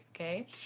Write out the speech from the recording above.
Okay